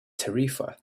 tarifa